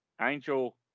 Angel